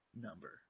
number